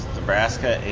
Nebraska